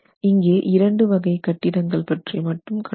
இங்கே இரண்டு வகை கட்டிடங்கள் பற்றி மட்டும் கண்டோம்